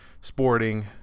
Sporting